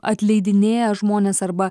atleidinėja žmones arba